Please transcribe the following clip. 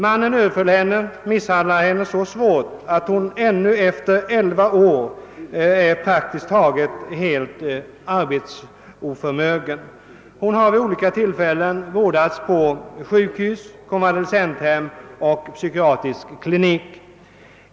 Han överföll henne och misshandlade henne så svårt att hon ännu efter elva år är praktiskt taget helt arbetsoförmögen. Hon har vid olika tillfällen vårdats på sjukhus, konvalescenthem och psykiatrisk klinik.